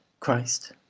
christ,